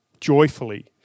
joyfully